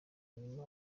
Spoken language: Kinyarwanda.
nyuma